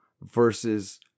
versus